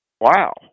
Wow